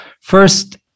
First